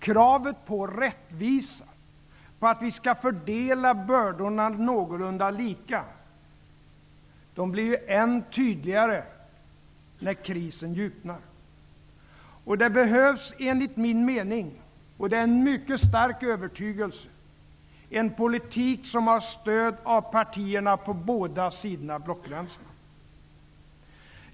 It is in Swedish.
Kravet på rättvisa, på att bördorna skall fördelas någorlunda lika, blir än tydligare när krisen djupnar. Det behövs enligt min mening -- det är en mycket stark övertygelse -- en politik som har stöd av partierna på båda sidorna om blockgränsen.